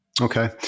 Okay